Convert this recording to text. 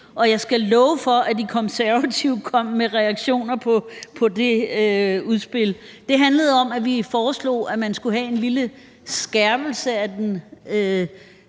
og jeg skal love for, at De Konservative kom med reaktioner på det udspil – og det handlede om, at vi foreslog, at man skulle have en lille skærpelse af den